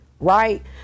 Right